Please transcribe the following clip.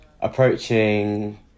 Approaching